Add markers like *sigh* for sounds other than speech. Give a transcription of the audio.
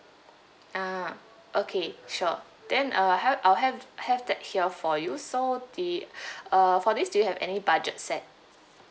ah okay sure then uh have I have have that here for you so the *breath* uh for this do you have any budget set